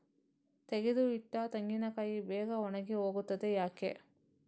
ತೆಗೆದು ಇಟ್ಟ ತೆಂಗಿನಕಾಯಿ ಬೇಗ ಒಣಗಿ ಹೋಗುತ್ತದೆ ಯಾಕೆ?